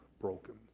broken